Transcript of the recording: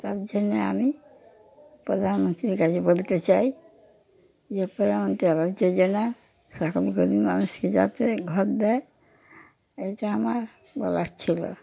তার জন্যে আমি প্রধানমন্ত্রীর কাছে বলতে চাই যে প্রধানমন্ত্রী আবাস যোজনা সকল গরীব মানুষকে যাতে ঘর দেয় এটা আমার বলার ছিল